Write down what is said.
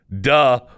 Duh